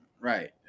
right